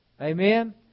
amen